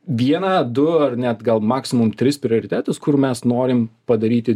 vieną du ar net gal maksimum tris prioritetus kur mes norim padaryti